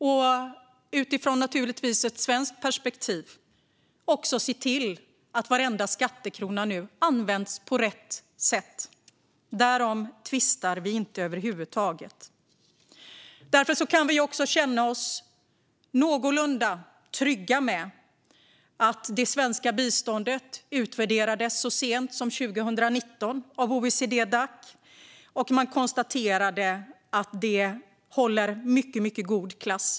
Och utifrån ett svenskt perspektiv ska vi se till att varenda skattekrona används på rätt sätt. Därom tvistar vi inte över huvud taget. Vi kan också känna oss någorlunda trygga med att det svenska biståndet håller en god klass. Det utvärderades så sent som 2019 av OECD-Dac, som konstaterade att det håller mycket god klass.